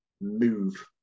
move